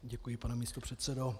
Děkuji, pane místopředsedo.